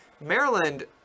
Maryland